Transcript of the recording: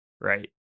Right